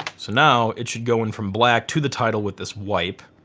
so now it should go in from black to the title with this wipe.